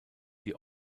die